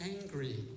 angry